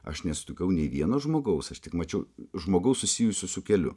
aš nesutikau nei vieno žmogaus aš tik mačiau žmogaus susijusio su keliu